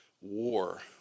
war